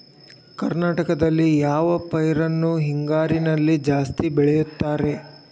ಕರ್ನಾಟಕದಲ್ಲಿ ಯಾವ ಪೈರನ್ನು ಹಿಂಗಾರಿನಲ್ಲಿ ಜಾಸ್ತಿ ಬೆಳೆಯುತ್ತಾರೆ?